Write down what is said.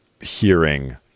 hearing